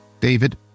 David